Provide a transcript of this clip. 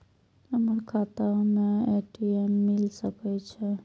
हमर खाता में ए.टी.एम मिल सके छै?